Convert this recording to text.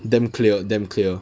damn clear damn clear